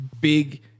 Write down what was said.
big